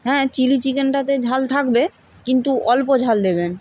হ্যাঁ চিলি চিকেনটাতে ঝাল থাকবে কিন্তু অল্প ঝাল দেবেন